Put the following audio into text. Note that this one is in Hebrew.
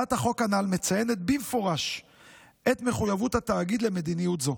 הצעת החוק הנ"ל מציינת במפורש את מחויבות התאגיד למדיניות זו.